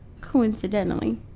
coincidentally